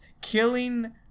killing